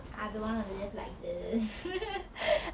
I don't want to live like this